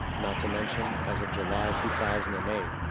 not to mention, as of july two thousand and eight,